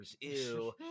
ew